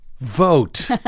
Vote